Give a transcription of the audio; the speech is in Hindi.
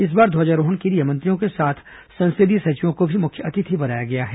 इस बार ध्वजारोहण के लिए मंत्रियों के साथ संसदीय सचिवों को भी मुख्य अतिथि बनाया गया है